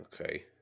Okay